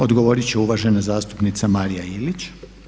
Odgovorit će uvažena zastupnica Marija Ilić.